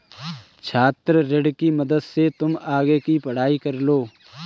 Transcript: छात्र ऋण की मदद से तुम आगे की पढ़ाई कर लो